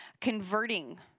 converting